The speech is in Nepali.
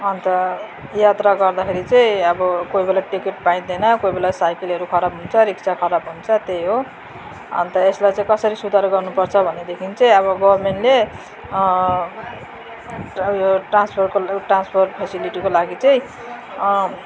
अन्त यात्रा गर्दाखेरि चाहिँ अब कोही बेला टिकट पाइँदैन कोही बेला साइकिलहरू खराब हुन्छ रिक्सा खराब हुन्छ त्यही हो अन्त यसलाई चाहिँ कसरी सुधार गर्नुपर्छ भनेदेखि चाहिँ अब गभर्मेन्टले यो ट्रान्सफर ट्रान्सफर फ्यासिलिटीको लागि चाहिँ